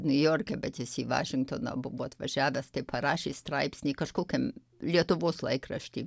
niujorke bet jis į vašingtoną buvo atvažiavęs tai parašė straipsnį kažkokiam lietuvos laikrašty